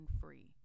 free